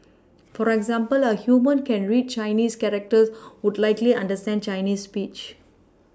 for example a human who can read Chinese characters would likely understand Chinese speech